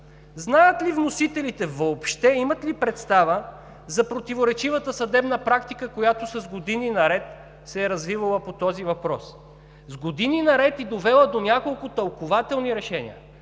Знаят ли вносителите, въобще имат ли представа за противоречивата съдебна практика, която с години наред се е развивала по този въпрос, с години наред и довела до няколко тълкувателни решения?